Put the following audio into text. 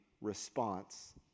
response